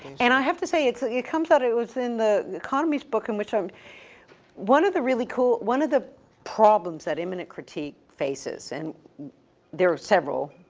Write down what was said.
and i have to say, it's a, it comes out, it was in the economist book in which, um one of the really cool, one of the problems that immanent critique faces, and there are several.